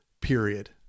period